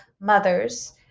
mothers